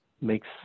makes